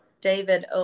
David